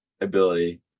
ability